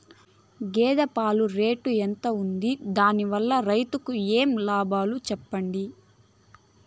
గేదె పాలు రేటు ఎంత వుంది? దాని వల్ల రైతుకు ఏమేం లాభాలు సెప్పండి?